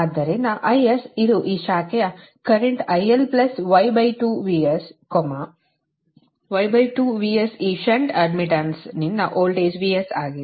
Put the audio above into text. ಆದ್ದರಿಂದ IS ಇದು ಈ ಶಾಖೆಯ current IL Y2 VS Y2 VSಈ ಷಂಟ್ ಅಡ್ಮಿಟ್ಟನ್ಸ್ ನಿಂದ ವೋಲ್ಟೇಜ್ VS ಆಗಿದೆ